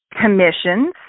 commissions